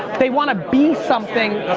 they want to be something,